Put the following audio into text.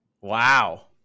Wow